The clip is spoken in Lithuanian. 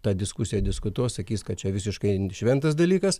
tą diskusija diskutuos sakys kad čia visiškai šventas dalykas